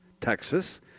Texas